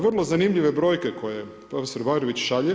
Vrlo zanimljive brojke koje prof. Varović šalje.